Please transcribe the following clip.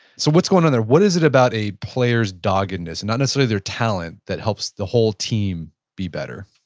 so what's going on there, what is it about a player's doggedness, not necessarily their talent, that helps the whole team be better?